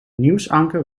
nieuwsanker